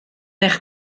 eich